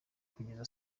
kugeza